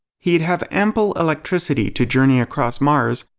he'd have ample electricity to journey across mars,